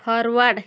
forward